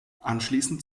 anschließend